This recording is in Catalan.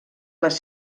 les